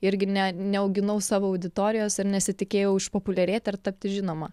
irgi ne neauginau savo auditorijos ir nesitikėjau išpopuliarėti ar tapti žinoma